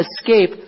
escape